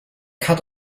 cut